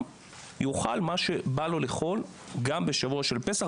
יאכל מה שבא לו לאכול גם בשבוע של פסח,